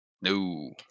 No